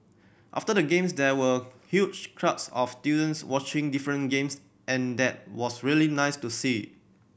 after the Games there were huge crowds of students watching different games and that was really nice to see